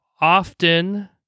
often